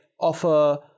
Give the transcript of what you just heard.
offer